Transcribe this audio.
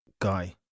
Guy